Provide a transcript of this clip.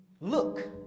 look